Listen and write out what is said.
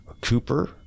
Cooper